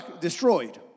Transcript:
destroyed